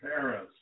Paris